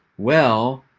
well,